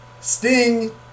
Sting